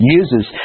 uses